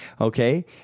okay